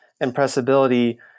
impressibility